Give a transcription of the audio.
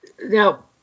Now